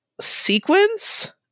sequence